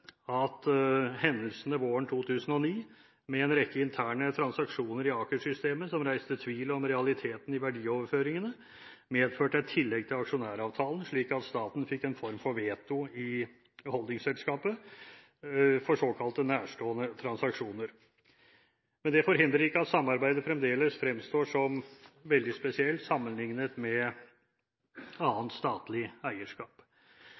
at hendelsene våren 2009, med en rekke interne transaksjoner i Aker-systemet som reiste tvil om realiteten i verdioverføringene, medførte et tillegg til aksjonæravtalen slik at staten fikk en form for veto i holdingselskapet for såkalte «nærstående transaksjoner». Men det forhindrer ikke at samarbeidet fremdeles fremstår som veldig spesielt sammenlignet med annet statlig eierskap.